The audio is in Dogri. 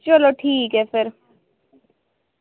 चलो ठीक ऐ फिर